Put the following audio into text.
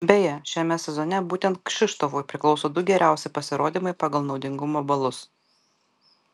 beje šiame sezone būtent kšištofui priklauso du geriausi pasirodymai pagal naudingumo balus